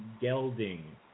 gelding